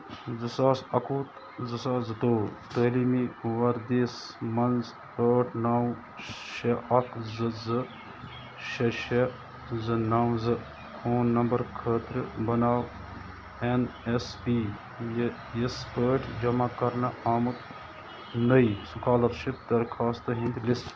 زٕ ساس اَکہٕ وُہ زٕ ساس زٕ تووُہ تٲلیٖمی وَردِس مَنٛز ٲٹھ نَو شےٚ اکھ زٕ زٕ شےٚ شےٚ زٕ نَو زٕ فون نمبر خٲطرٕ بناو اٮ۪ن اٮ۪س پی یہِ یِس پٲٹھۍ جمع کَرنہٕ آمُت نٔے سُکالرشِپ درخواستَن ہِنٛدۍ لِسٹ